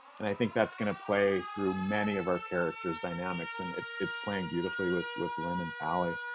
and i think that's going to play through many of our character's dynamics. and it's playing beautifully with with lyne and tally.